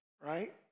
right